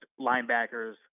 linebackers